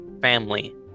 family